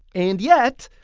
and yet,